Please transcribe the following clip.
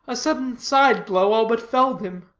a sudden side-blow all but felled him.